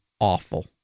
awful